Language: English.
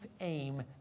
aim